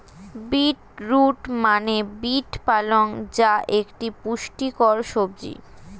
beet root মানে beet পালং যা একটি পুষ্টিকর সবজি